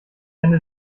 eine